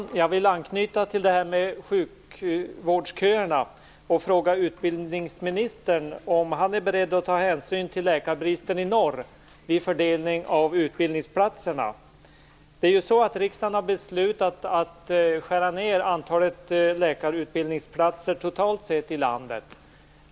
Herr talman! Jag vill anknyta till det här med sjukvårdsköerna och fråga utbildningsministern om han är beredd att ta hänsyn till läkarbristen i norr vid fördelningen av utbildningsplatserna. Riksdagen har ju beslutat att skära ned antalet läkarutbildningsplatser totalt sett i landet.